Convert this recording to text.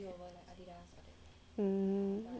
mm